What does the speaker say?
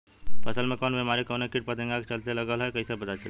फसल में कवन बेमारी कवने कीट फतिंगा के चलते लगल ह कइसे पता चली?